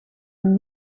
een